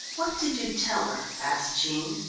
what did you tell her? asked jean.